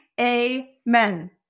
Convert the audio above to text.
Amen